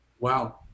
Wow